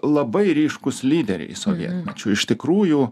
labai ryškūs lyderiai sovietmečiu iš tikrųjų